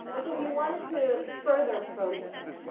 and so we wanted to further probe this.